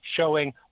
showing